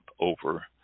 over